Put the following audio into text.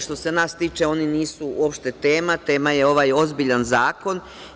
Što se nas tiče, oni nisu uopšte tema, tema je ovaj ozbiljan zakon.